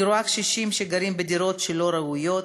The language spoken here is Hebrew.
אני רואה קשישים שגרים בדירות לא ראויות,